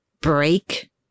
break